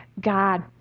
God